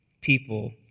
people